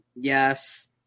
yes